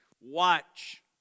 watch